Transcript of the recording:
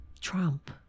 Trump